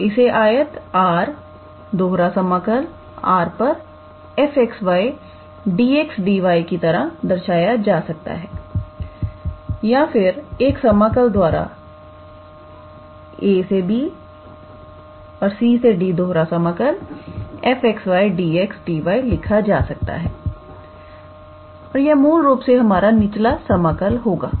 और इसे आयत R 𝑅−𝑓𝑥 𝑦𝑑𝑥𝑑𝑦 की तरह दर्शाया जा सकता है या फिर एक समाकल द्वारा a bc d 𝑓𝑥 𝑦𝑑𝑥𝑑𝑦 लिखा जा सकता है और यह मूल रूप से हमारा निचला समाकल होगा